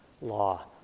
law